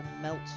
melt